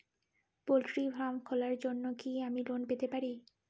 Poultry farm খোলার জন্য কি আমি লোন পেতে পারি?